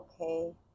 okay